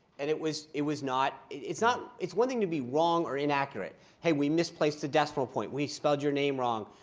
and it was it was not it's not it's one thing to be wrong or inaccurate. hey, we misplaced a decimal point, we spelled your name wrong.